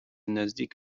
نزدیک